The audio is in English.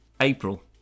April